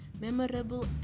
memorable